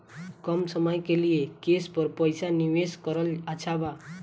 कम समय के लिए केस पर पईसा निवेश करल अच्छा बा?